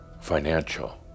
financial